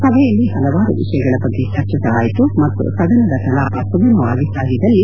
ಸಭೆಯಲ್ಲಿ ಪಲವಾರು ವಿಷಯಗಳ ಬಗ್ಗೆ ಚರ್ಚಿಸಲಾಯಿತು ಮತ್ತು ಸದನದ ಕಲಾಪ ಸುಗಮವಾಗಿ ಸಾಗಿದಲ್ಲಿ